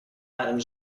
einem